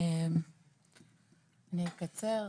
אני אקצר.